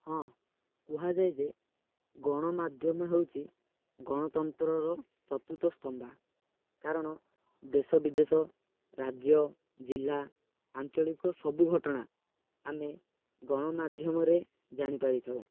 ହଁ କୁହାଯାଏ ଯେ ଗଣମାଧ୍ୟମ ହେଉଛି ଗଣତନ୍ତ୍ରର ଚତୁର୍ଥ ସ୍ତମ୍ଭା କାରଣ ଦେଶ ବିଦେଶ ରାଜ୍ୟ ଜିଲ୍ଲା ଆଞ୍ଚଳିକ ସବୁ ଘଟଣା ଆମେ ଗଣମାଧ୍ୟମରେ ଜାଣିପାରିଥାଉ